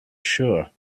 sure